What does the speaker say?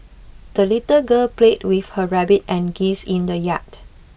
the little girl played with her rabbit and geese in the yard